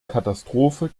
katastrophe